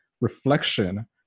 reflection